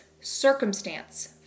Circumstance